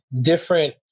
different